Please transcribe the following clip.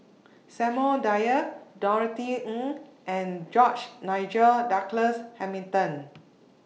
Samuel Dyer Norothy Ng and George Nigel Douglas Hamilton